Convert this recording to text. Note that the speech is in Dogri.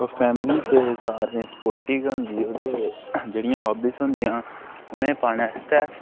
फैमिली ते सारें दी सपोटिव गै होंदी ऐ ते जेह्ड़ियां हाबीज़ होंदियां न उनें'ई पाने आस्तै